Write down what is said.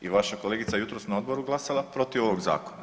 I vaša je kolegica jutros na odboru glasala protiv ovog zakona.